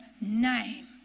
name